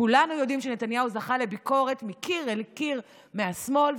כולנו יודעים שנתניהו זכה לביקורת מקיר לקיר מהשמאל.